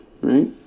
right